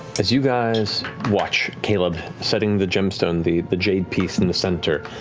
as you guys watch caleb setting the gemstone, the the jade piece in the center,